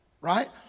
right